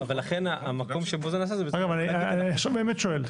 אני עכשיו באמת שואל.